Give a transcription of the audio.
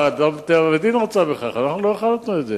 "אדם טבע ודין" רצתה בכך, אנחנו לא החלטנו את זה.